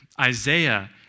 Isaiah